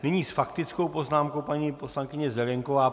Nyní s faktickou poznámkou paní poslankyně Zelienková.